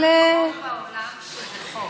יש מקומות בעולם שזה בחוק,